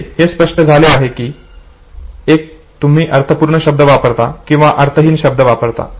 येथे हे स्पष्ट झाले आहे की एक तर तुम्ही अर्थपूर्ण शब्द वापरता किंवा अर्थहीन शब्द वापरतात